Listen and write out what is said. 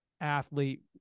athlete